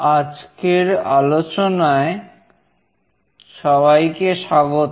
আজকের আলোচনায় সবাইকে স্বাগত